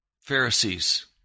Pharisees